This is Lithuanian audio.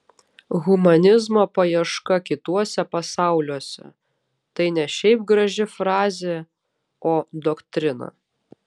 humanizmo paieška kituose pasauliuose tai ne šiaip graži frazė o doktrina